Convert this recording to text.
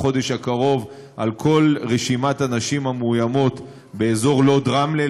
בחודש הקרוב על כל רשימת הנשים המאוימות באזור לוד-רמלה,